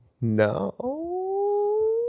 No